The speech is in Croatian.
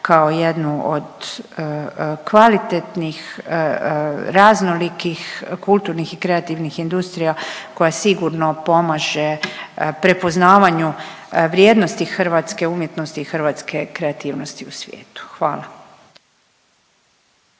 kao jednu od kvalitetnih, raznolikih, kulturnih i kreativnih industrija koja sigurno pomaže prepoznavanju vrijednosti hrvatske umjetnosti i hrvatske kreativnosti u svijetu. Hvala.